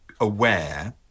aware